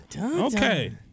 Okay